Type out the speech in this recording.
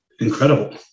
incredible